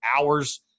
hours